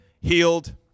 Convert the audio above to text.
Healed